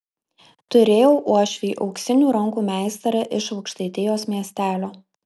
turėjau uošvį auksinių rankų meistrą iš aukštaitijos miestelio